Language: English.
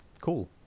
cool